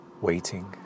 waiting